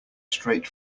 straight